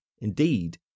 Indeed